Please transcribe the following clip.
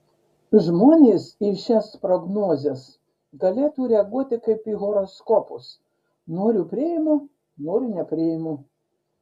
žmonės į šias prognozes galėtų reaguoti kaip į horoskopus noriu priimu noriu nepriimu